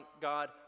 God